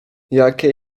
jakie